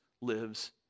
lives